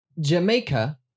Jamaica